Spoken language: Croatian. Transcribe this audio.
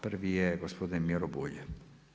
Prvi je gospodin Miro Bulj.